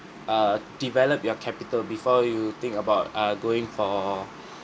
err develop your capital before you think about uh going for